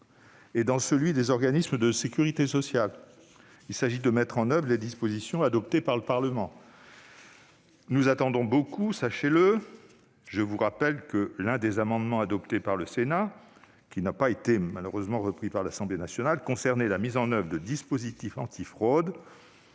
et dans celui des organismes de sécurité sociale. Il s'agit de mettre en oeuvre les dispositions adoptées par le Parlement. Nous en attendons beaucoup, sachez-le. Je vous rappelle que l'un des amendements adoptés par le Sénat, qui n'a malheureusement pas été repris par l'Assemblée nationale, concernait la mise en oeuvre de dispositifs anti-fraude